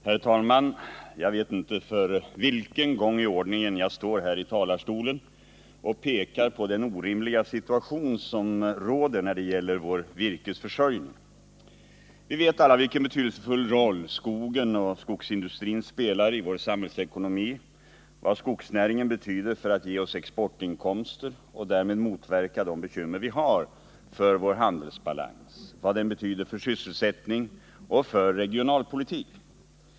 Herr talman! Jag vet inte för vilken gång i ordningen jag står här i talarstolen och pekar på den orimliga situation som råder när det gäller vår virkesförsörjning. Vi vet alla vilken betydelsefull roll skogen och skogsindustrin spelar i vår samhällsekonomi, vad skogsnäringen betyder för att ge oss exportinkomster och därmed motverka de bekymmer vi har för vår handelsbalans och vad den betyder för sysselsättning och regionalpolitik.